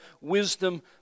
wisdom